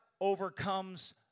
overcomes